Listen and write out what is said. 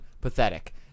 pathetic